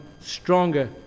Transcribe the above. stronger